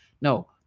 No